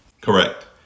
Correct